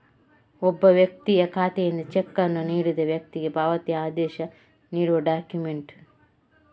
ಒಬ್ಬ ವ್ಯಕ್ತಿಯ ಖಾತೆಯಿಂದ ಚೆಕ್ ಅನ್ನು ನೀಡಿದ ವ್ಯಕ್ತಿಗೆ ಪಾವತಿ ಆದೇಶ ನೀಡುವ ಡಾಕ್ಯುಮೆಂಟ್